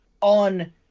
on